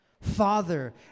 Father